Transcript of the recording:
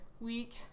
Week